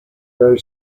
very